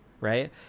Right